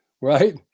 Right